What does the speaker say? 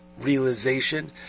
realization